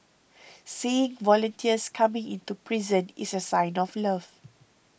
seeing volunteers coming into prison is a sign of love